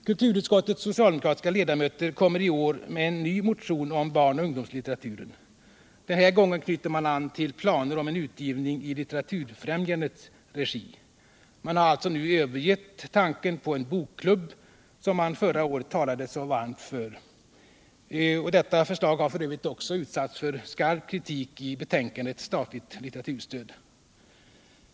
Kulturutskottets socialdemokratiska ledamöter kommer i år med en ny motion om barn och ungdomslitteraturen. Den här gången knyter man an till planer om en utgivning i Litteraturfrämjandets regi. Man har alltså nu övergett tanken på en bokklubb, som man förra året talade så varmt för. Detta förslag har I. ö. också utsatts för skarp kritik i betänkandet Statligt litteraturstöd.